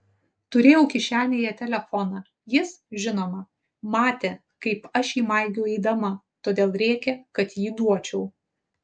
turėjau kišenėje telefoną jis žinoma matė kaip aš jį maigiau eidama todėl rėkė kad jį duočiau